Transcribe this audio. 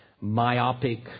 myopic